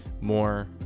more